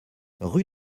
rue